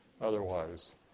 otherwise